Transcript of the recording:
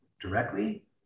directly